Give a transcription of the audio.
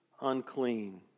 unclean